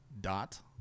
dot